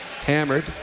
hammered